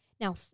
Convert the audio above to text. now